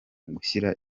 kugira